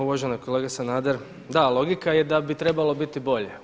Uvaženi kolega Sanader, da logika je da bi trebalo biti bolje.